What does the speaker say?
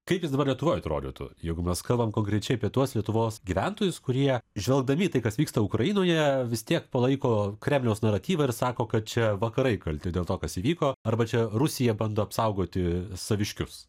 kaip jis dabar lietuvoj atrodytų jeigu mes kalbam konkrečiai apie tuos lietuvos gyventojus kurie žvelgdami į tai kas vyksta ukrainoje vis tiek palaiko kremliaus naratyvą ir sako kad čia vakarai kalti dėl to kas įvyko arba čia rusija bando apsaugoti saviškius